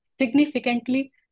significantly